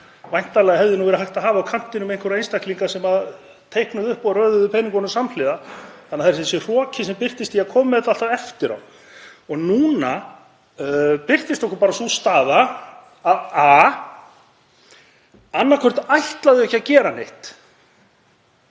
væntanlega hefði verið hægt að hafa á kantinum einhverja einstaklinga sem teiknuðu upp og röðuðu peningunum samhliða. En það er þessi hroki sem birtist í að koma með þetta alltaf eftir á. Og núna birtist okkur bara sú staða að annaðhvort ætla þau ekki að gera neitt